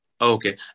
Okay